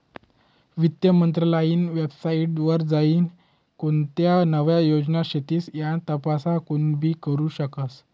वित्त मंत्रालयनी वेबसाईट वर जाईन कोणत्या नव्या योजना शेतीस याना तपास कोनीबी करु शकस